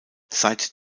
seit